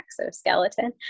exoskeleton